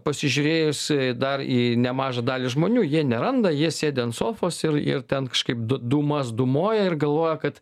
pasižiūrėjus dar į nemažą dalį žmonių jie neranda jie sėdi ant sofos ir ir ten kažkaip dūmas dūmoja ir galvoja kad